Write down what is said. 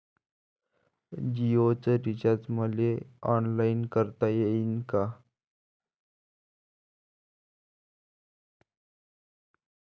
जीओच रिचार्ज मले ऑनलाईन करता येईन का?